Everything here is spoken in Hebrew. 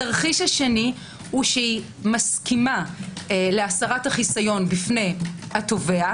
התרחיש השני הוא שהיא מסכימה להסרת החיסיון בפני החוקר,